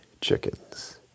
chickens